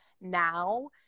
now